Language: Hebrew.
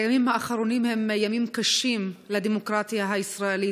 הימים האחרונים הם ימים קשים לדמוקרטיה הישראלית.